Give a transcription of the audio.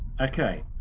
okay